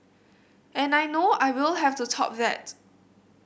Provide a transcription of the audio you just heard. and I know I will have to top that